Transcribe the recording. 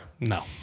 No